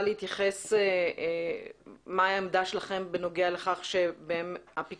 להתייחס למהי העמדה שלכם בנוגע לכך שהפיקוח